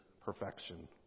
perfection